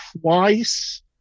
twice